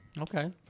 Okay